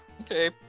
Okay